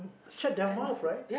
shut their mouth right